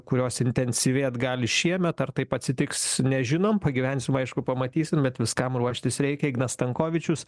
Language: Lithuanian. kurios intensyvėt gali šiemet ar taip atsitiks nežinom pagyvensim aišku pamatysim bet viskam ruoštis reikia ignas stankovičius